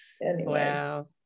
wow